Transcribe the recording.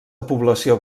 població